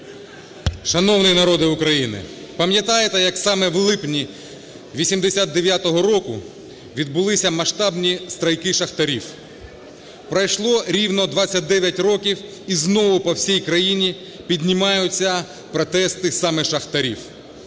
Шановний народе України, пам'ятаєте, як саме у липні 89-го року відбулися масштабні страйки шахтарів. Пройшло рівно 29 років і знову по всій країні піднімаються протести саме шахтарів.